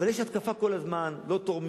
אבל יש התקפה כל הזמן: לא תורמים,